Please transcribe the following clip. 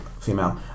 female